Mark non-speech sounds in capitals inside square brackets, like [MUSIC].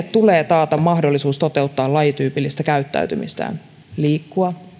[UNINTELLIGIBLE] tulee taata mahdollisuus toteuttaa lajityypillistä käyttäytymistään liikkua